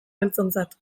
beltzontzat